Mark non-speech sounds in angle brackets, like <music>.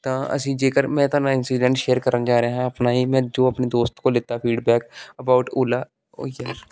ਤਾਂ ਅਸੀਂ ਜੇਕਰ ਮੈਂ ਤੁਹਾਨੂੰ ਇੰਸੀਡੇੰਟ ਸ਼ੇਅਰ ਕਰਨ ਜਾ ਰਿਹਾ ਹਾਂ ਆਪਣਾ ਹੀ ਮੈਂ ਜੋ ਆਪਣੇ ਦੋਸਤ ਕੋਲੋਂ ਲਿੱਤਾ ਫੀਡਬੈਕ ਅਬਾਊਟ ਓਲਾ <unintelligible>